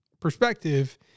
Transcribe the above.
perspective